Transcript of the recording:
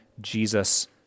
Jesus